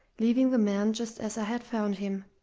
leaving the man just as i had found him,